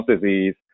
disease